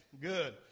Good